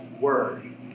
word